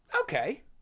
okay